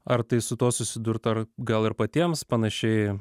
ar tai su tuo susidurt ar gal ir patiems panašiai